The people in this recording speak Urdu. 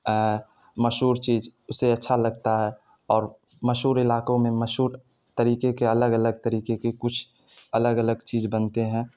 مشہور چیز اسے اچھا لگتا ہے اور مشہور علاقوں میں مشہور طریقے کے الگ الگ طریقے کے کچھ الگ الگ چیز بنتے ہیں